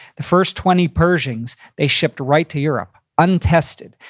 the first twenty pershings, they shipped right to europe. untested.